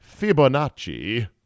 Fibonacci